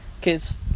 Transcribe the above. Kids